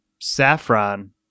Saffron